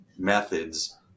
methods